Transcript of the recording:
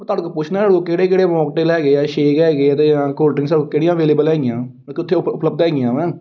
ਮੈਂ ਤੁਹਾਡੇ ਕੋਲ ਪੁੱਛਣਾ ਕਿਹੜੇ ਕਿਹੜੇ ਮੋਕਟੇਲ ਹੈਗੇ ਆ ਛੇਕ ਹੈਗੇ ਆ ਅਤੇ ਅ ਕੋਲਡ ਰਿੰਕਸ ਕਿਹੜੀਆਂ ਅਵੇਲੇਬਲ ਹੈਗੀਆਂ ਉੱਥੇ ਉਪਲਬਧ ਹੈਗੀਆਂ